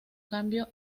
cambio